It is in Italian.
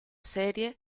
serie